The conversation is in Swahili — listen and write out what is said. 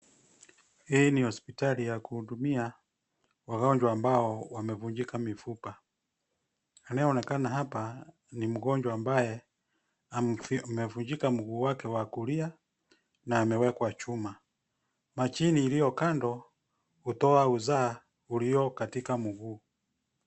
Hii ni hospitali ya kuhudumia wagonjwa ambao wamevunjika mifupa. Anayeonekana hapa ni mgonjwa ambaye amevunjika mguu wake wa kulia na amewekwa chuma. Mashine iliyo kando, hutoa usaha ulio katika mguu.